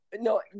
no